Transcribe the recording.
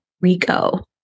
RICO